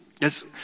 Yes